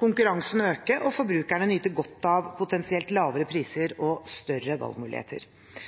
konkurransen øke og forbrukerne nyte godt av potensielt lavere priser og større valgmuligheter.